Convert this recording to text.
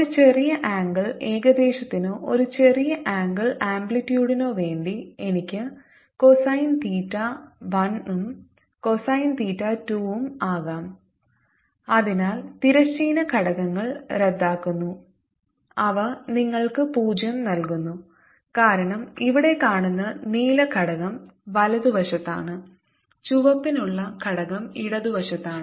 ഒരു ചെറിയ ആംഗിൾ ഏകദേശത്തിനോ ഒരു ചെറിയ ആംഗിൾ ആംപ്ലിറ്റ്യൂഡിനോ വേണ്ടി എനിക്ക് കോസൈൻ തീറ്റ 1 ഉം കോസൈൻ തീറ്റ 2 ഉം 1 ആകാം അതിനാൽ തിരശ്ചീന ഘടകങ്ങൾ റദ്ദാക്കുന്നു അവ നിങ്ങൾക്ക് പൂജ്യം നൽകുന്നു കാരണം ഇവിടെ കാണുന്ന നീല ഘടകം വലതുവശത്താണ് ചുവപ്പിനുള്ള ഘടകം ഇടതുവശത്താണ്